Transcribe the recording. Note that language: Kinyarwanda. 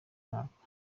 mwaka